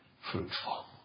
fruitful